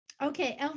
Okay